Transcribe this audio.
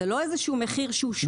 זה לא איזה שהוא מחיר ש...